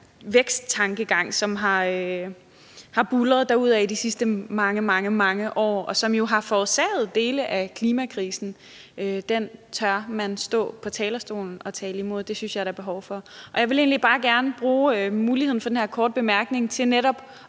væksttankegang, som har buldret derudad i de sidste mange, mange år, og som jo har forårsaget dele af klimakrisen, tør man stå på talerstolen og tale imod, og det synes jeg der er behov for. Jeg vil egentlig bare gerne bruge muligheden for med den her korte bemærkning at